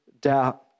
doubt